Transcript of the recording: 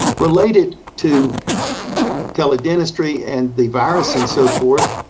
related to tele-dentistry and the virus and so forth,